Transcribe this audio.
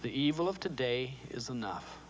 the evil of today is enough